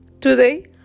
Today